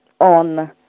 on